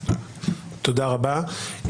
תודה רבה.